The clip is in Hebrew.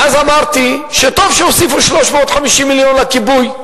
ואז אמרתי שטוב שהוסיפו 350 מיליון לכיבוי,